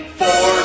four